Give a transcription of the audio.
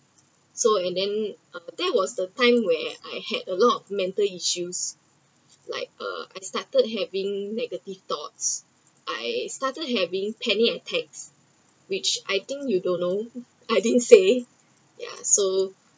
so and then uh there was the time where I had a lot of mental issues like uh I started having negative thoughts I started having panic attacks which I think you don’t know I didn’t say ya so